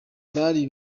bari